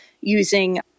using